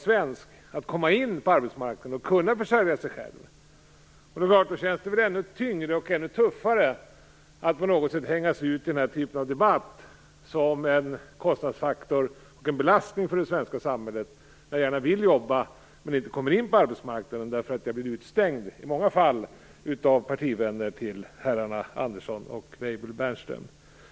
Men det är ännu tuffare att hängas ut i den här typen av debatt som en kostnadsfaktor och en belastning för det svenska samhället trots att man gärna vill jobba men inte kommer in på den svenska arbetsmarknaden på grund av att man blir utestängd av - i många fall - partivänner till herrarna Andersson och Weibull Bernström.